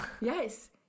Yes